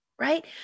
right